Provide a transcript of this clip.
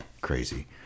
crazy